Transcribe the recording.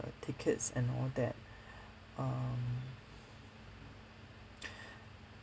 tickets and all that um